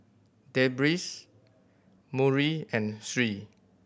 Deris Murni and Sri